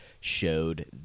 showed